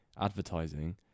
advertising